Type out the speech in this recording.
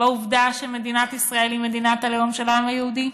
בעובדה שמדינת ישראל היא מדינת הלאום של העם היהודי?